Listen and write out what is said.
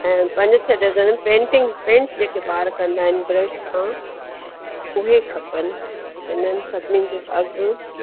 ऐं पंज छह डज़न पेंटिंग पेंट जेके ॿार कंदा आहिनि ब्रश सां उहे खपनि इन्हनि सभिनीनि जो अघु